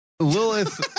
Lilith